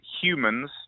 humans